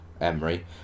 Emery